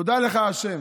תודה לך, השם,